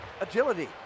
agility